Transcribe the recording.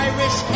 Irish